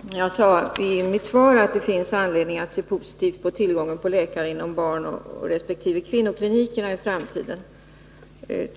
Herr talman! Jag sade i mitt svar att det finns anledning att se positivt på Fredagen den tillgången på läkare inom barnresp. kvinnoklinikerna i framtiden